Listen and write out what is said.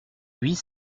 huit